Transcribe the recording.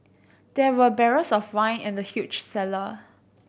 there were barrels of wine in the huge cellar